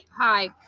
Hi